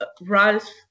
Ralph